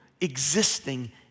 existing